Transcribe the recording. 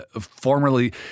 formerly